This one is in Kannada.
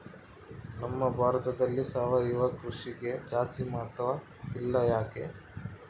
ನಮ್ಮ ಭಾರತದಲ್ಲಿ ಸಾವಯವ ಕೃಷಿಗೆ ಜಾಸ್ತಿ ಮಹತ್ವ ಇಲ್ಲ ಯಾಕೆ?